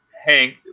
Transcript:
Hank